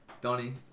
Donnie